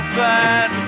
bad